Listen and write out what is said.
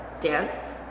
danced